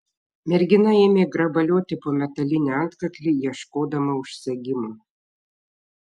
mergina ėmė grabalioti po metalinį antkaklį ieškodama užsegimo